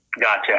Gotcha